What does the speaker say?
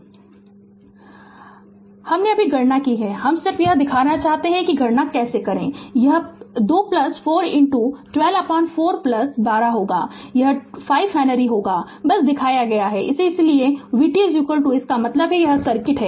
Refer Slide Time 2945 हमने अभी गणना की है हम सिर्फ यह दिखाते है कि गणना कैसे करें यह 2 प्लस 4 124 प्लस बारह होगा यह 5 हेनरी होगा बस दिखाया गया है इसे इसलिए vt इसका मतलब है यह सर्किट है